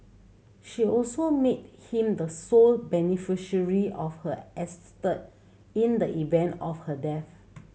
she also made him the sole beneficiary of her estate in the event of her death